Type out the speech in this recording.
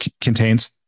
contains